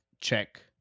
check